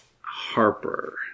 Harper